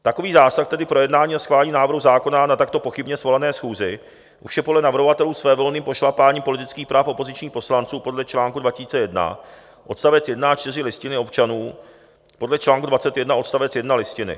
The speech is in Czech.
Takový zásah, tedy projednání a schválení návrhu zákona na takto pochybně svolané schůzi, už je podle navrhovatelů svévolným pošlapáním politických práv opozičních poslanců podle čl. 21 odst. 1 a 4 Listiny a občanů podle čl. 21 odst. 1 Listiny.